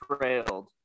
trailed